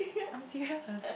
I'm serious